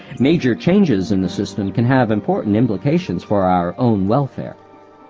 major changes in the system can have important implications for our own welfare.